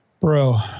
bro